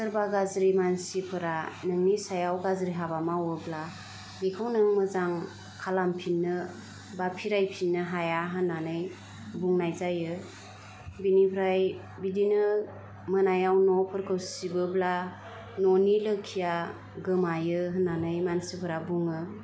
सोरबा गाज्रि मानसिफोरा नोंनि सायाव गाज्रि हाबा मावोब्ला बेखौ नों मोजां खालामफिननो बा फिरायफिननो हाया होन्नानै बुंनाय जायो बेनिफ्राय बिदिनो मोनायाव न'फोरखौ सिबोब्ला न'नि लोखिया गोमायो होन्नानै मानसिफोरा बुङो